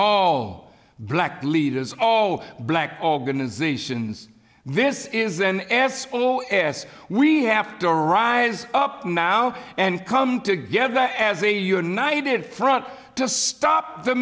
all black leaders all black organizations this is an ass oh yes we have to rise up now and come together as a united front to stop the